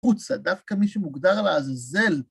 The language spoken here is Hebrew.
חוצה, דווקא מי שמוגדר לעזעזל.